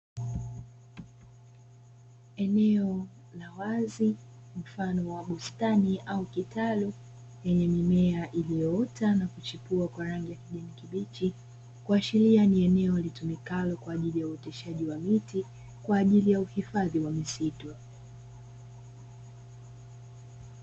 Eneo la wazi, mfano wa bustani au kitalu ,lenye mimea iliyoota na kuchipua kwa rangi ya kijani kibichi, kuashiria ni eneo litumikalo kwa ajili ya uoteshaji wa miti kwa ajili ya uhifadhi wa misitu.